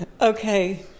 Okay